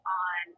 on